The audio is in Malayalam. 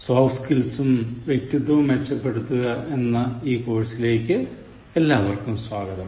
സോഫ്റ്റ് സ്കിൽസും വ്യക്തിത്വവും മെച്ചപ്പെടുത്തുക എന്ന ഈ കോഴ്സിലേക്ക് എല്ലാവർക്കും സ്വാഗതം